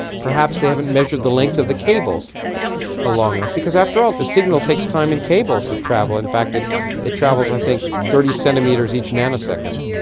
perhaps they haven't measured the length of the cables as ah long enough. because, after all, the signal takes time in cables to travel. in fact, it it travels i think thirty centimetres each nanosecond.